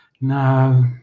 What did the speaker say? no